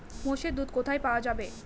মোষের দুধ কোথায় পাওয়া যাবে?